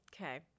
Okay